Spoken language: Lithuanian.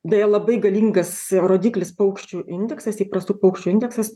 deja labai galingas ro rodiklis paukščių indeksas įprastų paukščių indeksas